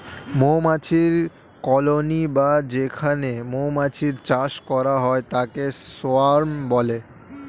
মৌমাছির কলোনি বা যেখানে মৌমাছির চাষ করা হয় তাকে সোয়ার্ম বলে